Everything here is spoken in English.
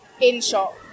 in-shop